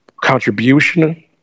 contribution